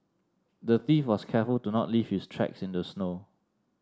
the thief was careful to not leave his tracks in the snow